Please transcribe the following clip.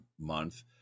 month